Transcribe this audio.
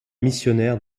missionnaire